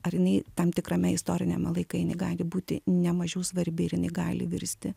ar jinai tam tikrame istoriniame laike jinai gali būti nemažiau svarbi ir jinai gali virsti